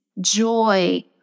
joy